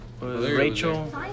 Rachel